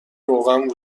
روغن